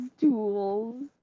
tools